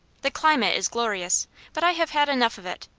the climate is glorious but i have had enough of it.